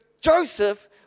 Joseph